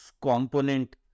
component